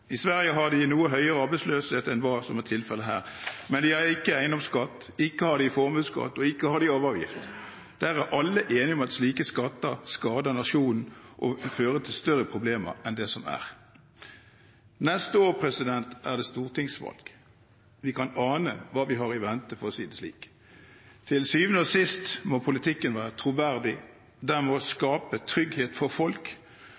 I Sverige har de en noe høyere arbeidsløshet enn hva som er tilfellet her, men de har ikke eiendomsskatt, ikke har de formuesskatt, og ikke har de arveavgift. Der er alle enige om at slike skatter skader nasjonen og vil føre til større problemer enn dem man har. Neste år er det stortingsvalg. Vi kan ane hva vi har i vente, for å si det slik. Til syvende og sist må politikken være troverdig. Den må skape trygghet for folk,